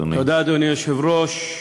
אדוני היושב-ראש,